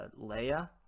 Leia